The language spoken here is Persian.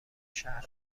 شهرمان